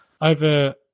over